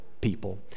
people